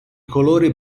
colore